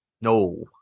No